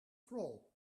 crawl